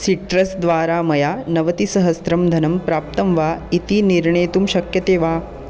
citrus द्वारा मया नवतिसहस्त्रं धनं प्राप्तं वा इति निर्णेतुं शक्यते वा